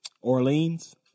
Orleans